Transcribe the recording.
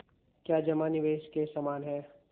क्या जमा निवेश के समान है?